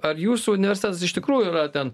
ar jūsų universitetas iš tikrųjų yra ten